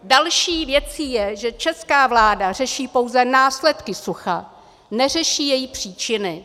Další věcí je, že česká vláda řeší pouze následky sucha, neřeší její příčiny.